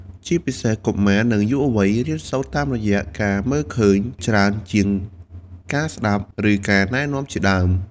ជាពិសេសកុមារ និងយុវវ័យ រៀនសូត្រតាមរយៈការមើលឃើញ ច្រើនជាងការស្ដាប់ ឬការណែនាំជាដើម ។